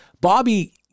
Bobby